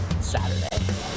Saturday